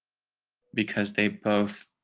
because they both